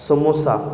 samosa